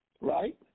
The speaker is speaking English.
Right